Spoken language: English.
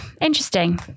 interesting